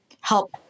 help